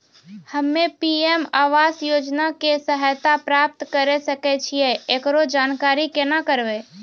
हम्मे पी.एम आवास योजना के सहायता प्राप्त करें सकय छियै, एकरो जानकारी केना करबै?